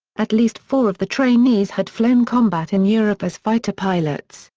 at least four of the trainees had flown combat in europe as fighter pilots,